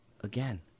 again